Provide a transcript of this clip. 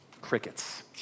Crickets